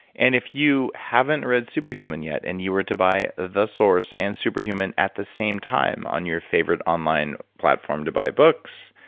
and if you haven't read super human yet and you were to buy the source and super human at the same time on your favorite online platform to buy books,